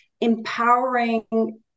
empowering